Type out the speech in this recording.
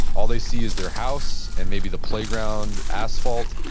all they see is their house and maybe the playground asphalt,